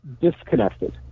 disconnected